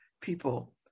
people